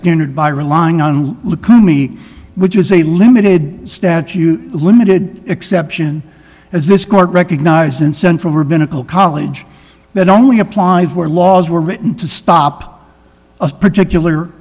standard by relying on lukumi which is a limited statue limited exception as this court recognized in central rabbinical college that only applies where laws were written to stop a particular